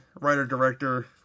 writer-director